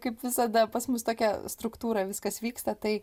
kaip visada pas mus tokia struktūra viskas vyksta tai